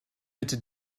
bitte